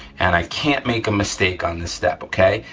and i can't make a mistake on the step okay.